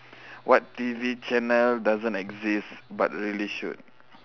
what T_V channel doesn't exist but really should